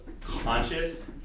conscious